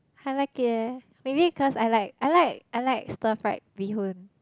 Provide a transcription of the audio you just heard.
I like it maybe because I like I like I like stir fried bee-hoon